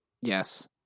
Yes